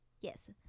yes